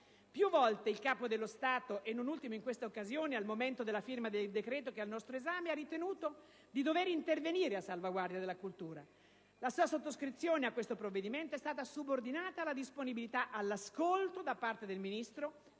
Più volte il Capo dello Stato, non ultimo in questa occasione, al momento della firma del decreto al nostro esame, ha ritenuto di dover intervenire a salvaguardia della cultura; la sua sottoscrizione di questo provvedimento è stata subordinata alla disponibilità all'ascolto da parte del Ministro